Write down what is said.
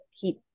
keep